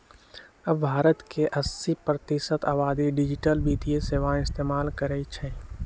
अब भारत के अस्सी प्रतिशत आबादी डिजिटल वित्तीय सेवाएं इस्तेमाल करई छई